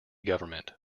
government